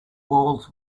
walls